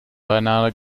beinahe